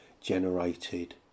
generated